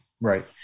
Right